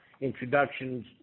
introductions